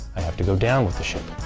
i have to go down with the ship.